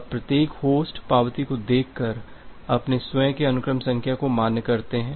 अब प्रत्येक होस्ट पावती को देखकर अपने स्वयं के अनुक्रम संख्या को मान्य करते हैं